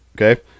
Okay